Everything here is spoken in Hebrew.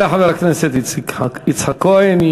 תודה לחבר הכנסת יצחק כהן.